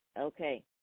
okay